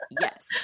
yes